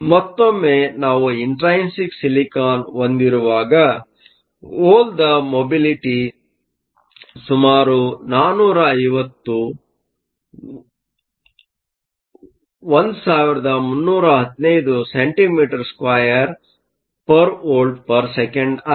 ಮತ್ತೊಮ್ಮೆ ನಾವು intrinsic silicon ಹೊಂದಿರುವಾಗ ಹೋಲ್ದ ಮೊಬಿಲಿಟಿಯು ಸುಮಾರು 450 1315 cm2V 1s 1 ಆಗಿದೆ